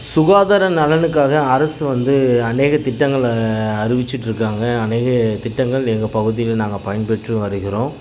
சுகாதார நலனுக்காக அரசு வந்து அநேக திட்டங்களை அறிவிச்சிட்டிருக்காங்க அநேக திட்டங்கள் எங்கள் பகுதியில் நாங்கள் பயன்பெற்று வருகிறோம்